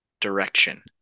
direction